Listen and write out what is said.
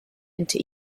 into